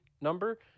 number